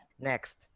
Next